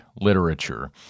literature